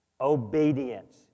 Obedience